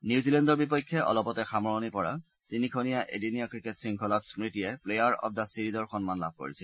নিউজিলেণ্ডৰ বিপক্ষে অলপতে সামৰণি পৰি তিনিখনীয়া এদিনীয়া ক্ৰিকেট শৃংখলাত স্মৃতিয়ে প্লেয়াৰ অব্ দ্য চিৰিজৰ সন্মান লাভ কৰিছিল